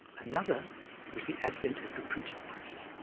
another was the advent of the printing press.